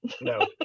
no